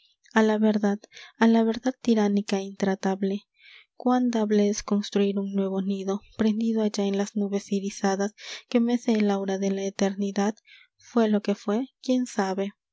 a la verdad a la verdad tiránica intratable e cuán dable es construir un nuevo nido prendido allá en las nubes irisadas que mece ei aura de la eternidad fué lo que fué quién sabe